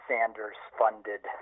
Sanders-funded